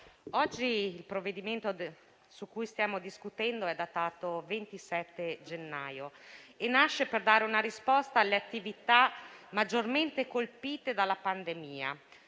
Il provvedimento su cui stiamo discutendo oggi è datato 27 gennaio e nasce per dare una risposta alle attività maggiormente colpite dalla pandemia,